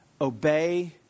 Obey